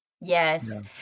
Yes